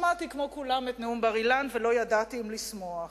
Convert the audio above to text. שמעתי כמו כולם את נאום בר-אילן ולא ידעתי אם לשמוח.